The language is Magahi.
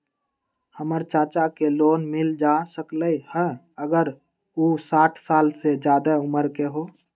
हमर चाचा के लोन मिल जा सकलई ह अगर उ साठ साल से जादे उमर के हों?